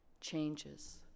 changes